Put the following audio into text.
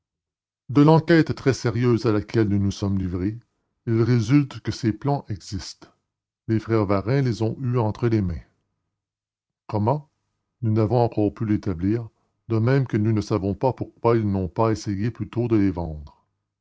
de l'enquête très sérieuse à laquelle nous nous sommes livrés il résulte que ces plans existent les frères varin les ont eus entre les mains comment nous n'avons encore pu l'établir de même que nous ne savons pas pourquoi ils n'ont pas essayé plus tôt de les vendre